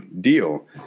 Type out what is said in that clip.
deal